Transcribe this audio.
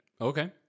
okay